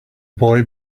boy